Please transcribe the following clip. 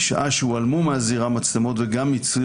משעה שהועלמו מהזירה מצלמות וגם מציר